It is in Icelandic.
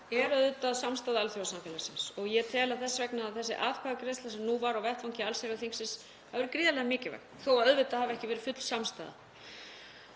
er auðvitað samstaða alþjóðasamfélagsins. Ég tel þess vegna að þessi atkvæðagreiðsla sem nú var á vettvangi allsherjarþingsins hafi verið gríðarlega mikilvæg þó að auðvitað hafi ekki verið full samstaða.